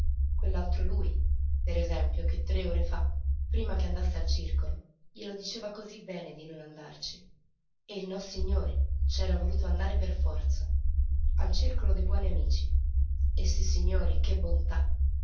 quell'altro lui per esempio che tre ore fa prima che andasse al circolo glielo diceva cosí bene di non andarci e nossignori c'era voluto andare per forza al circolo dei buoni amici e sissignori che bontà